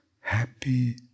happy